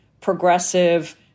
progressive